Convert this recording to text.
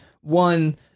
One